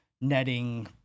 netting